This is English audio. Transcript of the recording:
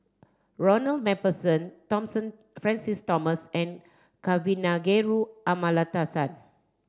Ronald MacPherson Francis Thomas and Kavignareru Amallathasan